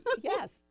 Yes